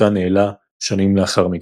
אותן העלה שנים לאחר מכן.